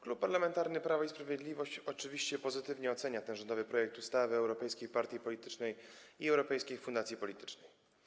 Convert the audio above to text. Klub Parlamentarny Prawo i Sprawiedliwość oczywiście pozytywnie ocenia rządowy projekt ustawy o europejskiej partii politycznej i europejskiej fundacji politycznej.